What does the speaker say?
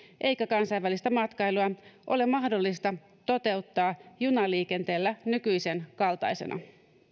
eikä kansainvälistä matkailua ole mahdollista toteuttaa junaliikenteellä nykyisen kaltaisena